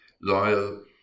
loyal